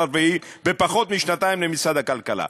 הרביעי בפחות משנתיים למשרד הכלכלה.